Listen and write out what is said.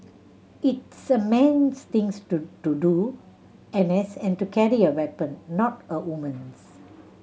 it's a man's thing to to do N S and to carry a weapon not a woman's